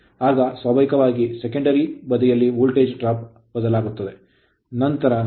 ಆಗ ಸ್ವಾಭಾವಿಕವಾಗಿ secondary ದ್ವಿತೀಯ ಬದಿಯಲ್ಲಿ ವೋಲ್ಟೇಜ್ ಡ್ರಾಪ್ ಬದಲಾಗುತ್ತದೆ ನಂತರ